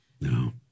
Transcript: No